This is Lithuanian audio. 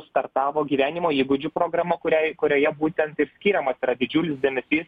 startavo gyvenimo įgūdžių programa kuriai kurioje būtent ir skiriamas yra didžiulis dėmesys